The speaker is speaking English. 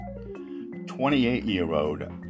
28-year-old